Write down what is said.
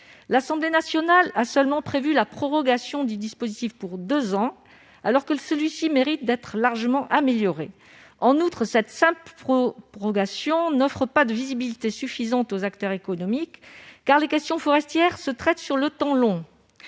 L'Assemblée nationale a prévu la prorogation du dispositif pour deux ans, mais celui-ci mérite d'être largement amélioré. En outre, cette simple prorogation n'offre pas de visibilité suffisante aux acteurs économiques, car les questions forestières se traitent sur le temps long.